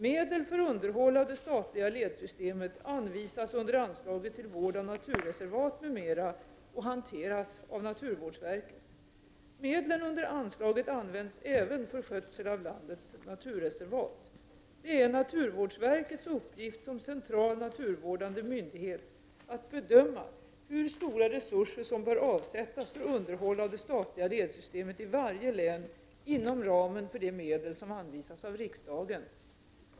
Medel för underhåll av det statliga ledsystemet anvisas under anslaget till vård av naturreservat m.m. och hanteras av naturvårdsverket. Medlen under anslaget används även för skötsel av landets naturreservat. Det är naturvårdsverkets uppgift som central naturvårdande myndighet att bedöma hur stora resurser som bör avsättas för underhåll av det statliga ledsystemet i varje län inom ramen för de medel som anvisas av riksdagen.